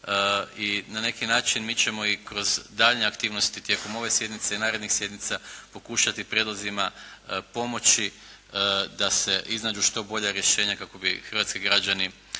i na neki način mi ćemo i kroz daljnje aktivnosti i tijekom ove sjednice i narednih sjednica pokušati prijedlozima pomoći da se iznađu što bolja rješenja kako bi hrvatski građani